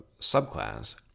subclass